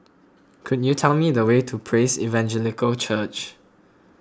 could you tell me the way to Praise Evangelical Church